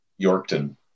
Yorkton